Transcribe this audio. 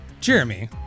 Jeremy